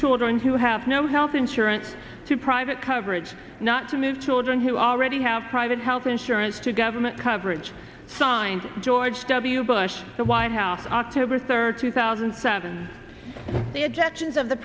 children who have no health insurance to private coverage not to move children who already have private health insurance to government coverage signed george w bush the white house october third two thousand and seven the objections of the